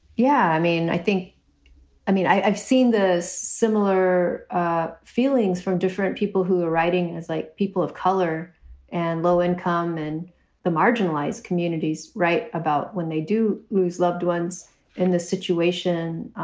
yeah, i mean, i think i mean, i've seen the similar ah feelings from different people who are writing as like people of color and low income and the marginalized communities. right. about when they do lose loved ones in this situation.